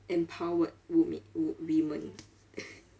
empowered wome~ wo~ women